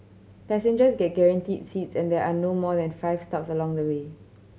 passengers get guaranteed seats and there are no more than five stops along the way